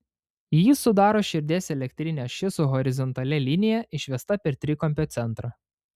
jį sudaro širdies elektrinė ašis su horizontalia linija išvesta per trikampio centrą